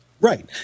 Right